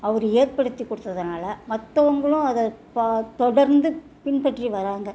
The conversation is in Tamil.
அவர் ஏற்படுத்தி கொடுத்ததுனால மற்றவங்களுக்கு அதை பா தொடர்ந்து பின்பற்றி வராங்க